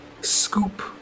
scoop